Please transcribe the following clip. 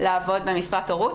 לעבוד במשרת הורות,